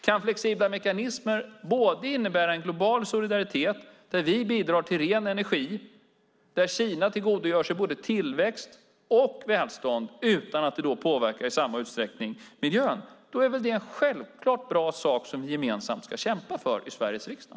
Kan flexibla mekanismer både innebära en global solidaritet där vi bidrar till ren energi och där Kina tillgodogör sig både tillväxt och välstånd utan att det påverkar miljön i samma utsträckning är det väl en självklart bra sak vi gemensamt ska kämpa för i Sveriges riksdag.